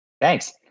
Thanks